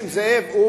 נסים זאב,